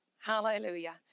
Hallelujah